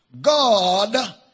God